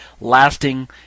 lasting